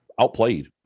outplayed